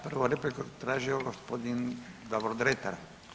Prvu repliku je tražio g. Davor Dretar.